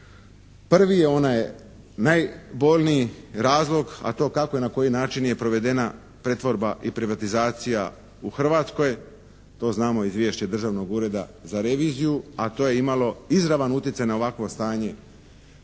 Prvi je onaj najbolniji razlog, a to je kako i na koji način je provedena pretvorba i privatizacija u Hrvatskoj. To znamo izvješće Državnog ureda za revizija, a to je imalo izravan utjecaj na ovakvo stanje